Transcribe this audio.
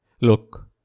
Look